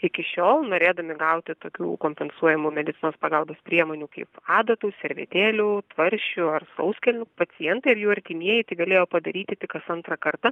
iki šiol norėdami gauti tokių kompensuojamų medicinos pagalbos priemonių kaip adatų servetėlių tvarsčių ar sauskelnių pacientai ir jų artimieji tai galėjo padaryti tik kas antrą kartą